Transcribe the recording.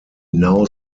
now